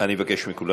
אני מבקש מכולם